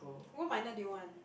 what minor do you want